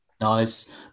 Nice